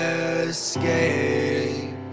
escape